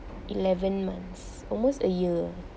eleven months almost a year